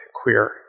queer